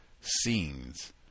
scenes